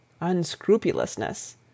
unscrupulousness